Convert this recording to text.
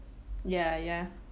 ya ya